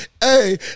Hey